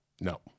No